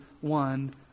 one